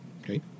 Okay